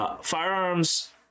Firearms